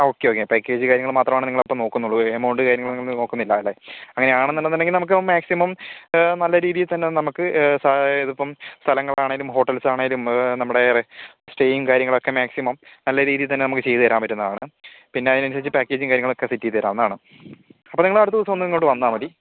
ആ okay okay package കാര്യങ്ങൾ മാത്രമാണ് നിങ്ങളപ്പം നോക്കുന്നുള്ളു എമൗണ്ട് കാര്യങ്ങളൊന്നും നിങ്ങൾ നോക്കുന്നില്ല അല്ലേ അങ്ങനെയാണെന്നുണ്ടെന്നുണ്ടെങ്കിൽ നമുക്ക് മാക്സിമം നല്ല രീതിയിൽ തന്നെ നമുക്ക് അതായത് ഇതിപ്പം സ്ഥലങ്ങളാണെങ്കിലും ഹോട്ടൽസ് ആണെങ്കിലും നമ്മുടെ സ്റ്റേയും കാര്യങ്ങളൊക്കെ മാക്സിമം നല്ല രീതിയിൽത്തന്നെ നമുക്ക് ചെയ്ത് തരാൻ പറ്റുന്നതാണ് പിന്നതിനനുസരിച്ച് പാക്കേജും കാര്യങ്ങളുമൊക്കെ സെറ്റ് ചെയ്ത് തരാവുന്നതാണ് അപ്പം നിങ്ങൾ അടുത്ത ദിവസം ഒന്നിങ്ങോട്ട് വന്നാൽ മതി